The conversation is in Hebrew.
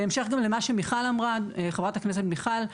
בהמשך גם למה שחברת הכנסת מיכל וולדיגר אמרה.